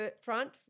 front